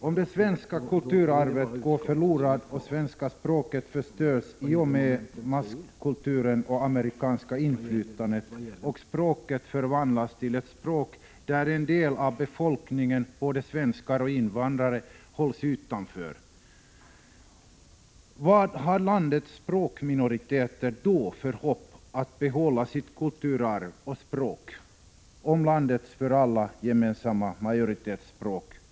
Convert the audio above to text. Om det svenska kulturarvet går förlorat och svenska språket genom masskulturen och amerikanskt inflytande förvandlas till ett språk som ställer en del av befolkningen, både svenskar och invandrare, utanför — vilket hopp finns det då för landets språkminoriteter att kunna behålla sitt kulturarv och sitt språk?